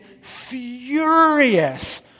furious